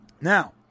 Now